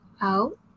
out